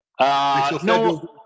No